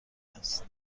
است